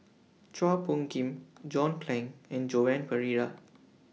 Chua Phung Kim John Clang and Joan Pereira